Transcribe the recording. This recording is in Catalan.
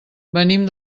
venim